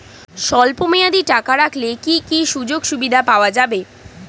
স্বল্পমেয়াদী টাকা রাখলে কি কি সুযোগ সুবিধা পাওয়া যাবে?